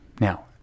now